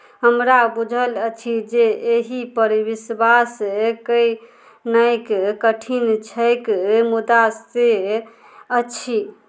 हमरा बुझल अछि जे एहिपर विश्वास कयनाइ कठिन छैक मुदा से अछि